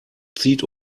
zieht